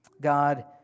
God